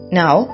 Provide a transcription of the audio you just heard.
now